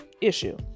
issue